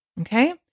Okay